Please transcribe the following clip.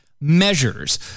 measures